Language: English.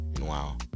wow